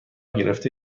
گرفته